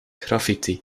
graffiti